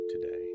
today